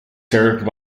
served